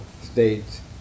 States